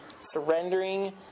surrendering